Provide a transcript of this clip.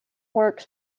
works